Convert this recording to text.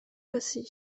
passé